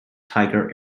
tiger